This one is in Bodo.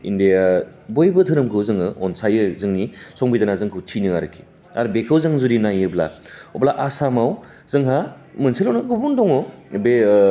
इण्डिया बयबो धोरोमखौ जों अनसायो जोंनि संबिदाना जोंखौ थिनो आरोखि आरो बेखौ जों नायोब्ला अब्ला आसामाव जोंहा मोनसेल' नङा बुहुथ दङ बे